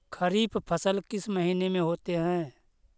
खरिफ फसल किस महीने में होते हैं?